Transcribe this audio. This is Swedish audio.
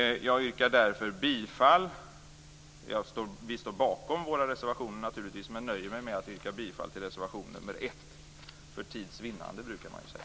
Vi kristdemokrater står naturligtvis bakom våra reservationer, men jag nöjer mig med att yrka bifall till reservation nr 1 - för tids vinnande, brukar man ju säga.